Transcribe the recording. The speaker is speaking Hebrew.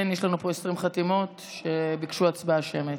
כן, יש לנו פה 20 חתימות שביקשו הצבעה שמית.